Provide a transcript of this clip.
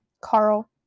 carl